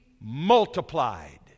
Multiplied